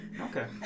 Okay